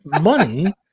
money